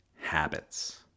habits